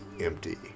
empty